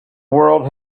world